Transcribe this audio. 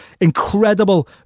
incredible